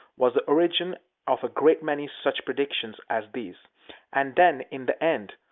was the origin of a great many such predictions as these and then, in the end,